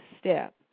step